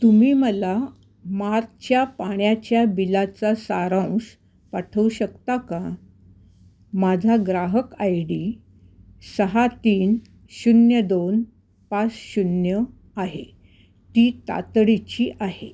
तुम्ही मला मार्चच्या पाण्याच्या बिलाचा सारांश पाठवू शकता का माझा ग्राहक आय डी सहा तीन शून्य दोन पाच शून्य आहे ती तातडीची आहे